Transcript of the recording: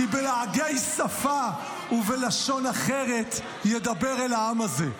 "כי בלעגי שפה ובלשון אחרת ידבר אל העם הזה".